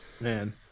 Man